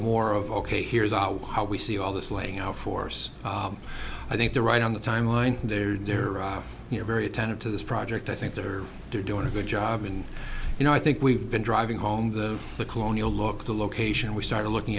more of ok here is how we see all this laying out force i think they're right on the timeline they're there are you know very attentive to this project i think they're doing a good job and you know i think we've been driving home the the colonial look the location we started looking